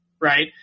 right